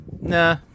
Nah